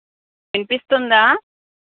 వినిపిస్తుందా